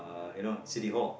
you know in City-Hall